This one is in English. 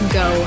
go